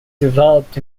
developed